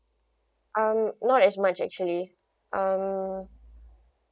um not as much actually um